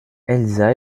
elsa